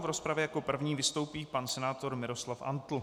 V rozpravě jako první vystoupí pan senátor Miroslav Antl.